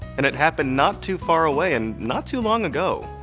and it happened not too far away and not too long ago.